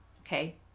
Okay